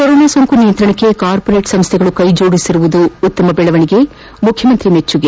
corona ಸೋಂಕು ನಿಯಂತ್ರಣಕ್ಕೆ corporate ಸಂಸ್ವೆಗಳು ಕೈಜೋಡಿಸಿರುವುದು ಉತ್ತಮ ಬೆಳವಣಿಗೆ ಮುಖ್ಯಮಂತ್ರಿ ಮೆಚ್ಚುಗೆ